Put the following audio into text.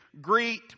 Greet